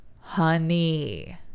honey